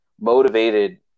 motivated